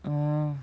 orh